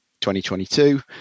2022